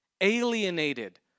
alienated